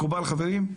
מקובל חברים?